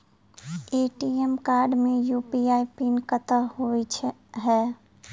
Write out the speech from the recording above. ATM card मे UPI pin कतह होइ है?